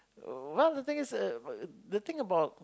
uh well the thing is uh the thing about